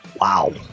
Wow